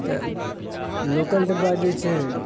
तऽ लोकल डिब्बा जे छै